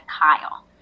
Kyle